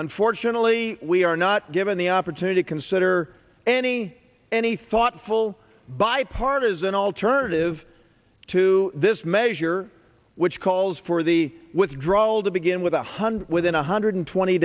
unfortunately we are not given the opportunity consider any any thoughtful bipartisan alternative to this measure which calls for the withdrawal to begin with a hundred within one hundred twenty